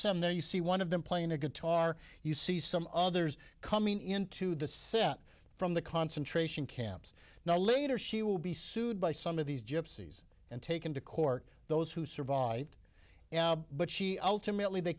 some there you see one of them playing a guitar you see some others coming into the set from the concentration camps now later she will be sued by some of these gypsies and taken to court those who survived but she ultimately they